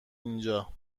اینجا